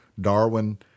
Darwin